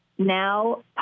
Now